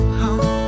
home